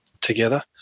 together